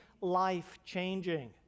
life-changing